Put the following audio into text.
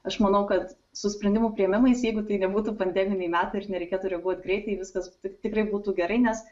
aš manau kad su sprendimų priėmimais jeigu tai nebūtų pandeminiai metai ir nereikėtų reaguot greitai viskas tik tikrai būtų gerai nes